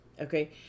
Okay